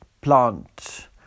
plant